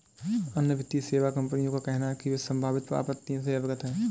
अन्य वित्तीय सेवा कंपनियों का कहना है कि वे संभावित आपत्तियों से अवगत हैं